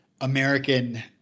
American